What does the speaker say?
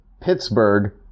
Pittsburgh